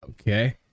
Okay